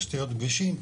תשתיות כבישים,